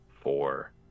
four